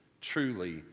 truly